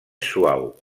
suau